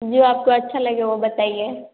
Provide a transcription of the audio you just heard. जो आपको अच्छा लगे वो बताइए